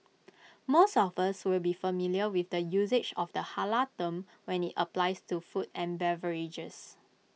most of us will be familiar with the usage of the Halal term when IT applies to food and beverages